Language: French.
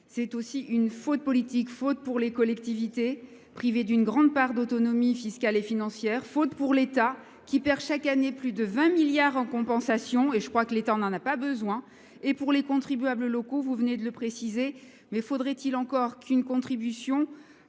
c'est aussi une faute politique, faute pour les collectivités privées d'une grande part d'autonomie fiscale et financière, faute pour l'État qui perd chaque année plus de 20 milliards en compensation, et je crois que l'État n'en a pas besoin, et pour les contribuables locaux, vous venez de le préciser, Mais faudrait-il encore qu'une contribution